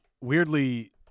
weirdly